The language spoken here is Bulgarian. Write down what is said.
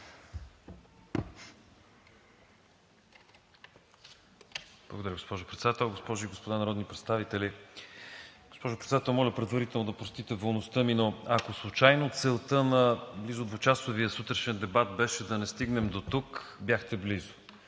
Благодаря, госпожо Председател. Госпожи и господа народни представители, госпожо Председател, моля предварително да простите волността ми, но ако случайно целта на близо двучасовия сутрешен дебат беше да не стигнем дотук, бяхте близо.